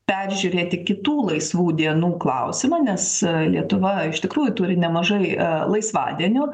peržiūrėti kitų laisvų dienų klausimą nes lietuva iš tikrųjų turi nemažai laisvadienių